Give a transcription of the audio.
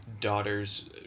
daughter's